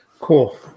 Cool